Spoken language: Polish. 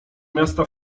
miasta